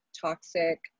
toxic